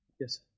Yes